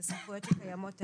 אלה סמכויות שקיימות היום.